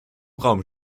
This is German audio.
raum